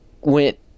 went